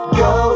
go